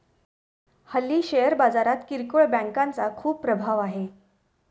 हल्ली शेअर बाजारात किरकोळ बँकांचा खूप प्रभाव आहे